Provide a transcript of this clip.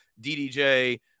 DDJ